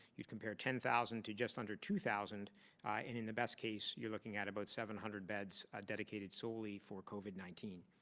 you compare ten thousand to just under two thousand and in the best case you're looking at about seven hundred beds ah dedicated solely for covid nineteen.